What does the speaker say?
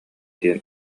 диэн